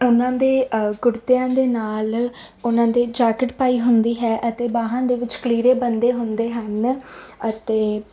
ਉਹਨਾਂ ਦੇ ਕੁੜਤਿਆਂ ਦੇ ਨਾਲ ਉਹਨਾਂ ਦੇ ਜਾਕਟ ਪਾਈ ਹੁੰਦੀ ਹੈ ਅਤੇ ਬਾਹਾਂ ਦੇ ਵਿੱਚ ਕਲੀਰੇ ਬੰਨ੍ਹੇ ਹੁੰਦੇ ਹਨ ਅਤੇ